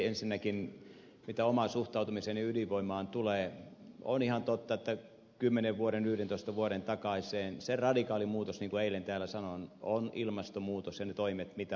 ensinnäkin mitä omaan suhtautumiseeni ydinvoimaan tulee on ihan totta että se radikaali muutos kymmenen vuoden yhdentoista vuoden takaisesta niin kuin eilen täällä sanoin on ilmastonmuutos ja ne toimet mitä vaaditaan